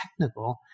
technical